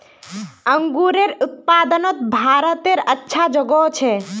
अन्गूरेर उत्पादनोत भारतेर अच्छा जोगोह छे